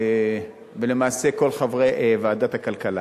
ולמעשה כל חברי ועדת הכלכלה.